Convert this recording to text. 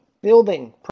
building